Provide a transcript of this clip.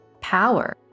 power